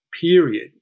period